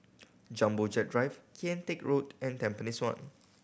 Jumbo Jet Drive Kian Teck Road and Tampines One